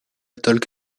talk